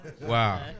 Wow